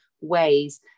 ways